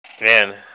Man